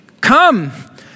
come